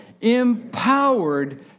empowered